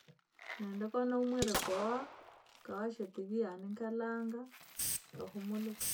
Neendaa koona humwiree koa, nkawaasha tivii yaani, nkalangaa nkahumuluka.